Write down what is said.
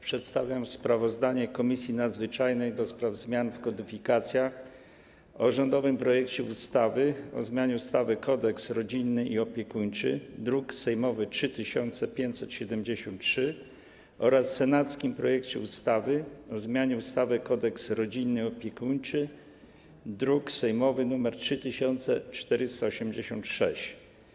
Przedstawiam sprawozdanie Komisji Nadzwyczajnej do spraw zmian w kodyfikacjach o rządowym projekcie ustawy o zmianie ustawy Kodeks rodzinny i opiekuńczy, druk sejmowy nr 3573, oraz senackim projekcie ustawy o zmianie ustawy Kodeks rodzinny i opiekuńczy, druk sejmowy nr 3486.